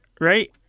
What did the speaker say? right